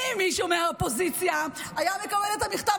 אם מישהו מהאופוזיציה היה מקבל את המכתב